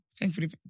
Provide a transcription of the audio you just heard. Thankfully